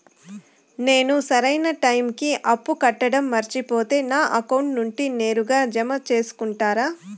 నేను సరైన టైముకి అప్పు కట్టడం మర్చిపోతే నా అకౌంట్ నుండి నేరుగా జామ సేసుకుంటారా?